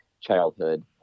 childhood